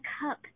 cup